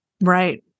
right